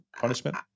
punishment